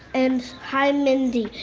and hi, mindy.